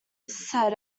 said